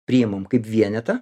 priėmam kaip vienetą